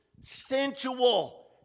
sensual